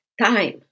Time